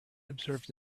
observed